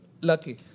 lucky